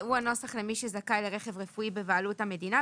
הוא הנוסח למי שזכאי לרכב רפואי בבעלות המדינה.